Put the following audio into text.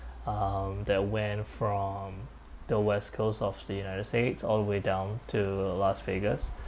um that went from the west coast of the united states all the way down to las vegas